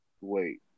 Wait